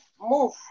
move